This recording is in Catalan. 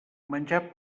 menjar